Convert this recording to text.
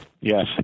yes